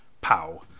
Pow